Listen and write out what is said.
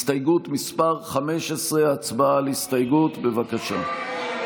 הסתייגות מס' 15, הצבעה על ההסתייגות, בבקשה.